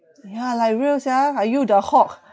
yeah like real sia are you the hawk